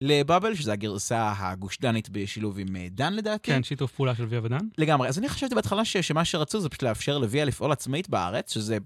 לבאבל, שזו הגרסה הגושדנית בשילוב עם דן לדעתך. כן, שיתוף פעולה של לוייה ודן. לגמרי, אז אני חשבתי בהתחלה שמה שרצו זה פשוט לאפשר לוייה לפעול עצמאית בארץ, שזה...